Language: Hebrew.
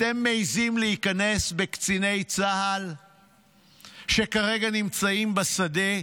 אתם מעיזים להיכנס בקציני צה"ל שכרגע נמצאים בשדה,